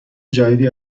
جدیدی